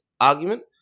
argument